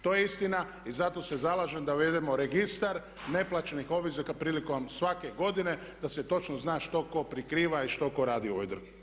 To je istina i zato se zalažem da uvedemo registar neplaćenih obveze prilikom svake godine da se točno zna što tko prikriva i što tko radi u ovoj državi.